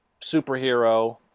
superhero